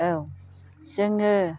औ जोङो